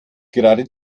gerade